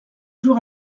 jours